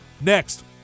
next